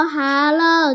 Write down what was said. hello